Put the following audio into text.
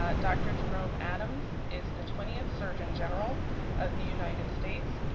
ah dr. jerome adams is the twentieth surgeon general of the united states,